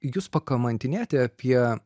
jūs pakamantinėti apie